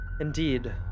Indeed